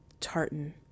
Tartan